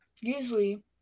usually